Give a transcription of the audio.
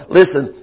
listen